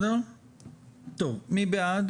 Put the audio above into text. מי בעד